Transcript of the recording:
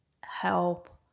help